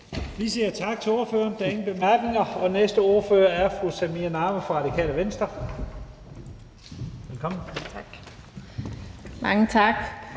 Vi siger tak til ordføreren. Der er ingen korte bemærkninger. Den næste ordfører er fru Samira Nawa fra Radikale Venstre. Velkommen. Kl.